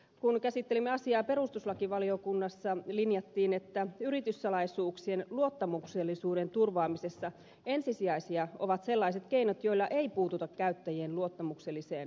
kun käsittelimme asiaa perustuslakivaliokunnassa linjattiin että yrityssalaisuuksien luottamuksellisuuden turvaamisessa ensisijaisia ovat sellaiset keinot joilla ei puututa käyttäjien luottamukselliseen viestintään